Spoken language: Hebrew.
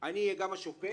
אהיה גם השופט